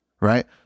right